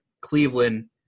Cleveland